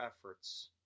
efforts